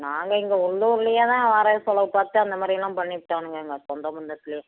நாங்கள் இங்க உள்ளூர்லேயே தான் வரவு செலவு பார்த்து அந்த மாதிரிலாம் பண்ணிப்புட்டானுங்கங்க சொந்த பந்தத்தில்